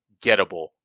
gettable